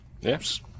Yes